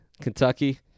Kentucky